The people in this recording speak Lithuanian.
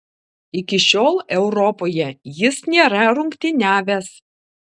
iki šiol europoje jis nėra rungtyniavęs